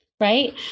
Right